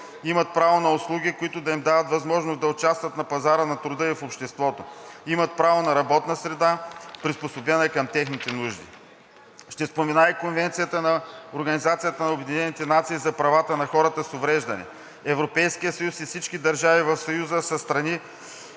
имат право на услуги, които да им дават възможност да участват на пазара на труда и в обществото, имат право на работна среда, приспособена към техните нужди. Ще спомена и Конвенция на ООН за правата на хората с увреждания. Европейският съюз и всички държави от Съюза са страни